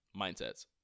Mindsets